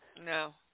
No